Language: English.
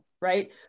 right